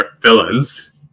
villains